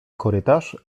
korytarz